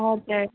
हजुर